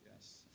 Yes